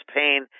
pain